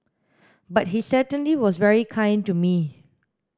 but he certainly was very kind to me